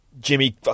Jimmy